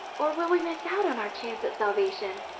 or will we miss out on our chance at salvation?